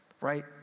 right